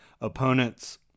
opponents